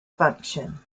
function